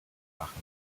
machen